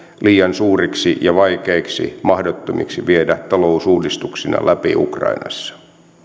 liian suuriksi ja vaikeiksi mahdottomiksi viedä talousuudistuksina läpi ukrainassa